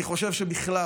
אני חושב שבכלל,